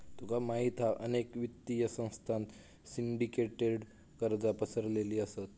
तुका माहित हा अनेक वित्तीय संस्थांत सिंडीकेटेड कर्जा पसरलेली असत